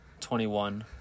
21